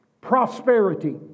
prosperity